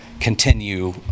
continue